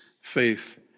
faith